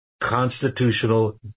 constitutional